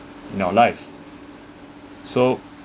in our life so